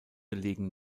legen